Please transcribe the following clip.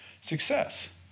success